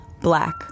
black